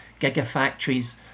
gigafactories